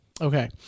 okay